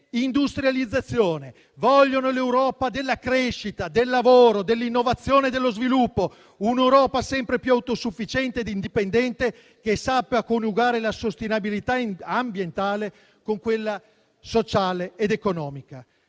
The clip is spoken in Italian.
deindustrializzazione. Vogliono l'Europa della crescita, del lavoro, dell'innovazione e dello sviluppo e un'Europa sempre più autosufficiente e indipendente, che sappia coniugare la sostenibilità ambientale con quella sociale ed economica.